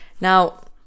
Now